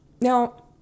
Now